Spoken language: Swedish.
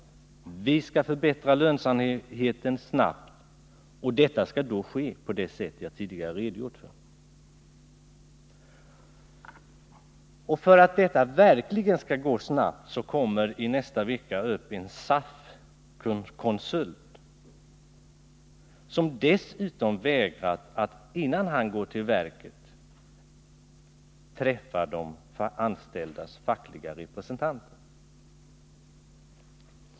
Man vill förbättra lönsamheten snabbt, och det skall då ske på det sätt som jag tidigare redogjorde för. För att detta verkligen skall gå snabbt kommer i nästa vecka upp en SAF-konsult, som dessutom vägrat att innan han går till verket träffa de anställdas fackliga representanter.